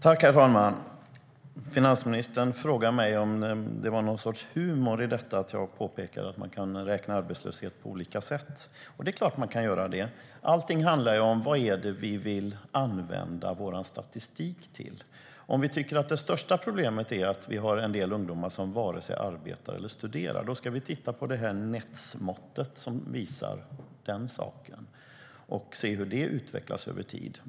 Herr talman! Finansministern frågade mig om det var någon sorts humor när jag påpekade att man kan beräkna arbetslöshet på olika sätt. Det är klart att man kan göra det. Allting handlar om vad vi vill använda statistiken till. Om vi tycker att det största problemet är att det finns en del ungdomar som varken arbetar eller studerar ska vi titta på NEET-måttet som visar den saken och se hur det utvecklas över tid.